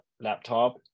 Laptop